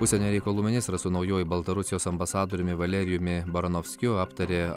užsienio reikalų ministras su naujuoju baltarusijos ambasadoriumi valerijumi baranovskiu aptarė